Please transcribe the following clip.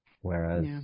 whereas